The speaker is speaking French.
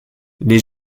les